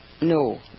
No